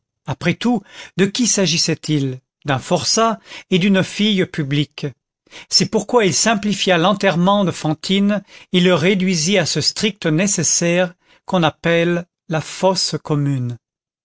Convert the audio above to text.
après tout de qui s'agissait-il d'un forçat et d'une fille publique c'est pourquoi il simplifia l'enterrement de fantine et le réduisit à ce strict nécessaire qu'on appelle la fosse commune